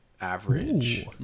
average